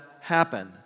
happen